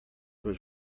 was